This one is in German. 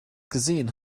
gesehen